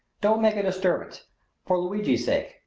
don't make a disturbance for luigi's sake!